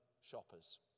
shoppers